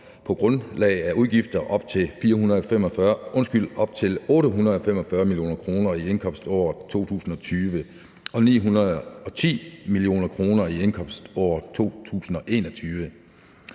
på grundlag af udgifter op til 845 mio. kr. i indkomståret 2020 og 910 mio. kr. i indkomståret 2021.